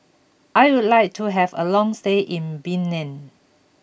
I would like to have a long stay in Benin